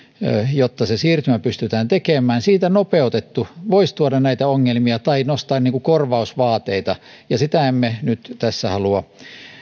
jotta se siirtymä pystytään tekemään siitä nopeutettu aikataulu voisi tuoda näitä ongelmia tai nostaa korvausvaateita ja sitä riskiä emme nyt tässä halua